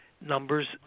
numbers